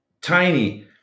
tiny